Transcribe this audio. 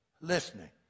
listening